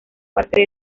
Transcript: parte